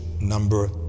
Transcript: number